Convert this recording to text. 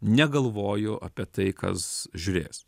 negalvoju apie tai kas žiūrės